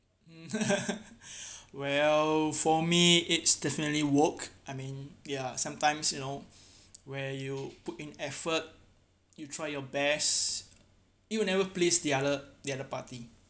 um well for me it's definitely work I mean ya sometimes you know where you put in effort you tried your best it will never please the other the other party